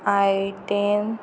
I ten